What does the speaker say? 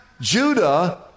Judah